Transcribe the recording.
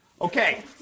Okay